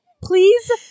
Please